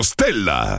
Stella